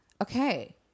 Okay